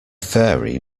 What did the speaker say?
fairy